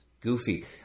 goofy